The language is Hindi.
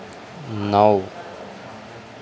नौ